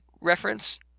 reference